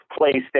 PlayStation